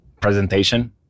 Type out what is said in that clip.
presentation